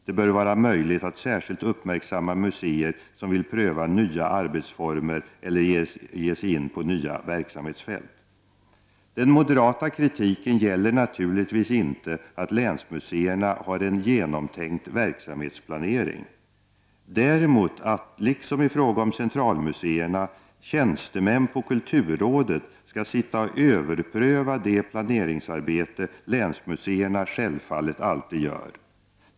Det bör vara möjligt att särskilt uppmärksamma museer som vill pröva nya arbetsformer eller ge sig in på nya verksamhetsfält. Den moderata kritiken gäller naturligtvis inte att länsmuseerna har en genomtänkt verksamhetsplanering däremot att, liksom i fråga om centralmuseerna, tjänstemän på kulturrådet skall sitta och överpröva det planeringsarbete länsmuseerna självfallet alltid gör.